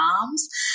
moms